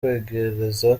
kwegereza